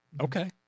Okay